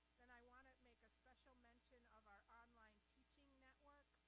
and i wanna make a special mention of our online teaching network,